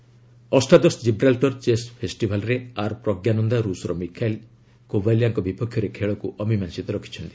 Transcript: chess Gibraltar ଅଷ୍ଟାଦଶ Gibraltar chess ଫେଷ୍ଟିଭାଲରେ R Praggnanandhaa ରୁଷ୍ର ମିଖାଇଲ କୋବାଲିଆଙ୍କ ବିପକ୍ଷରେ ଖେଳକୁ ଅମୀମାଂସୀତ ରଖିଛନ୍ତି